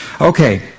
Okay